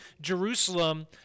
Jerusalem